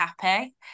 happy